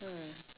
mm